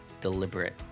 deliberate